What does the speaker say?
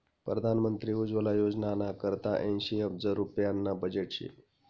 परधान मंत्री उज्वला योजनाना करता ऐंशी अब्ज रुप्याना बजेट शे